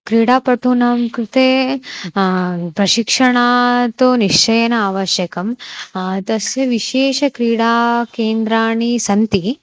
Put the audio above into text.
क्रीडापटूनां कृते प्रशिक्षणं तु निश्चयेन आवश्यकं तस्य विशेषक्रीडाकेन्द्राणि सन्ति